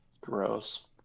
Gross